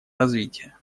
развития